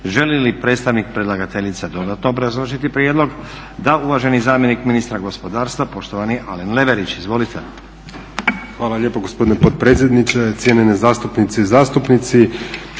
Želi li predstavnik predlagateljice dodatno obrazložiti prijedlog? Da. Uvaženi zamjenik ministrica gospodarstva poštovani Alen Leverić. Izvolite. **Leverić, Alen** Hvala lijepo gospodine potpredsjedniče. Cijenjene zastupnice i zastupnici.